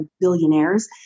billionaires